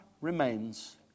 remains